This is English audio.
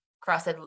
crossed